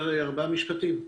כך לפעילות.